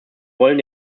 wollen